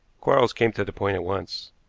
quarles came to the point at once.